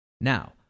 Now